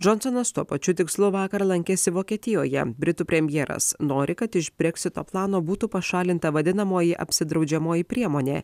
džonsonas tuo pačiu tikslu vakar lankėsi vokietijoje britų premjeras nori kad breksito plano būtų pašalinta vadinamoji apsidraudžiamoji priemonė